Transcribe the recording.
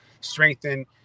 strengthen